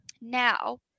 now